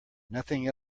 nothing